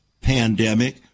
pandemic